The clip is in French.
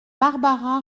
barbara